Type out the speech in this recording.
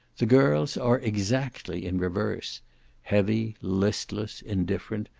the girls are exactly in reverse heavy, listless, indifferent,